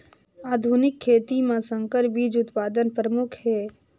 आधुनिक खेती म संकर बीज उत्पादन प्रमुख हे